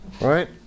right